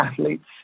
athletes